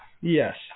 Yes